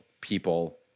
people